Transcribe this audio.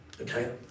okay